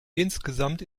insgesamt